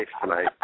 tonight